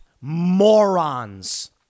morons